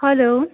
hello